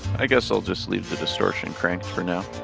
i guess i'll just leave the distortion cranked for now